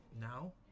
now